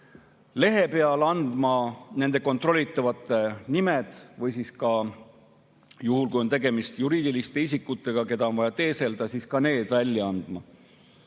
lehe peal andma nende kontrollitavate nimed või juhul, kui on tegemist juriidiliste isikutega, keda on vaja teeselda, siis ka need välja andma.